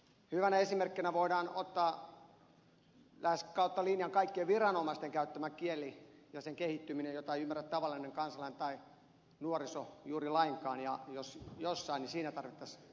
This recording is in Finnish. hyvänä esimerkkinä voidaan ottaa lähes kautta linjan kaikkien viranomaisten käyttämä kieli ja sen kehittyminen joita ei ymmärrä tavallinen kansalainen tai nuoriso juuri lainkaan ja jos jossain niin siinä tarvittaisiin kehittymistä